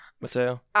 Mateo